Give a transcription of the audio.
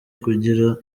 kugirango